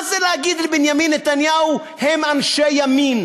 מה זה להגיד לבנימין נתניהו: הם אנשי ימין